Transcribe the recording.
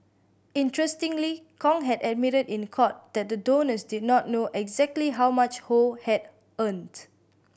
interestingly Kong had admitted in court that the donors did not know exactly how much Ho had earned